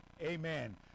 amen